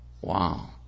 wow